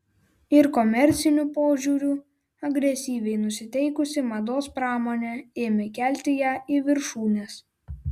ir komerciniu požiūriu agresyviai nusiteikusi mados pramonė ėmė kelti ją į viršūnes